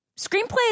screenplays